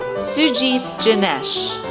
sujeeth jinesh,